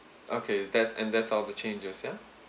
okay that's and that's all of the changes ya